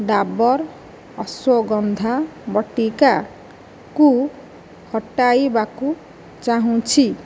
ଡ଼ାବର୍ ଅଶ୍ୱଗନ୍ଧା ବଟିକାକୁ ହଟାଇବାକୁ ଚାହୁଁଛି